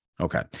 Okay